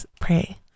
pray